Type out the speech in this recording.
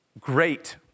great